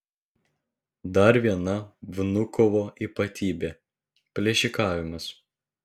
dar viena vnukovo ypatybė plėšikavimas